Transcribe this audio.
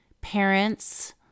parents